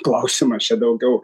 klausimas čia daugiau